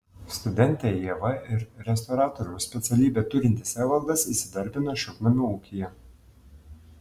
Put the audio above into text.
studentė ieva ir restauratoriaus specialybę turintis evaldas įsidarbino šiltnamių ūkyje